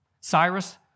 Cyrus